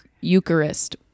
Eucharist